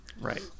Right